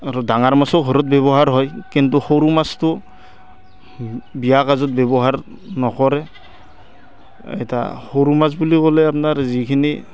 আৰু ডাঙৰ মাছো ঘৰত ব্যৱহাৰ হয় কিন্তু সৰু মাছটো বিয়া কাজত ব্যৱহাৰ নকৰে এতিয়া সৰু মাছ বুলি ক'লে আপোনাৰ যিখিনি